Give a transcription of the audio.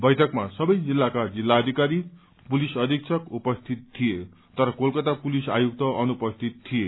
बैठकमा सबै जिल्लाका जिल्लाथिकारी पुलिस अधीक्षक उपस्थित थिए तर कोलकता पुलिस आयुक्त अनुपस्थित थिए